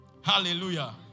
Hallelujah